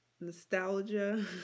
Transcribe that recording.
nostalgia